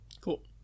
Cool